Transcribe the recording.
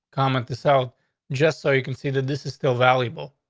comment this out just so you can see that this is still valuable.